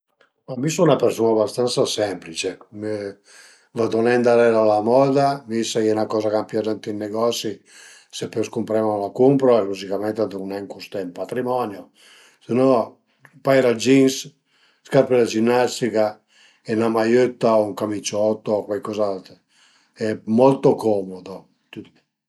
Ma mi sun 'na persun-a bastansa semplice, vadu nen darera a la moda, mi s'a ie 'na coza chë a m'pias ënt ün negosi, s epös cumprela la cumpru, logicament a deu nen custé ën patrimonio, se no ën paira d'jeans, scarpe da ginnastica e 'na maiëtta o camiciotto o cuaicoza d'aut e molto comodo, tüt li